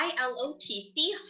I-L-O-T-C